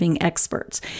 experts